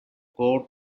coat